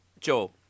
Joe